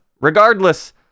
Regardless